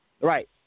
Right